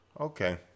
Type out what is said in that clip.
Okay